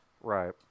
Right